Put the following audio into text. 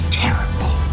terrible